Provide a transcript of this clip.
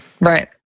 Right